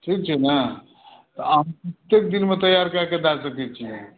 ठीक छै ने अहाँ कतेक दिनमे तैआर कैकऽ दै सकैत छियै